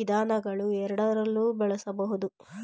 ವಿಧಾನಗಳುಎರಡರಲ್ಲೂ ಬಳಸಬಹುದು